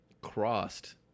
Crossed